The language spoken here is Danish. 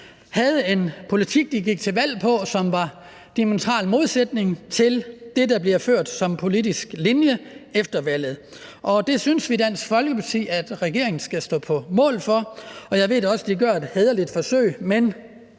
havde en politik, de gik til valg på, som var i diametral modsætning til det, der så bliver ført som politisk linje efter valget. Det synes vi i Dansk Folkeparti at regeringen skal stå på mål for, og jeg ved da også, at de gør et hæderligt forsøg, men